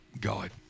god